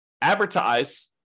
advertise